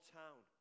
town